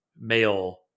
male